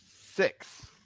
six